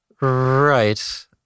Right